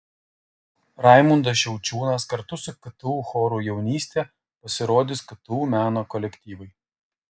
raimundas šiaučiūnas kartu su ktu choru jaunystė pasirodys ktu meno kolektyvai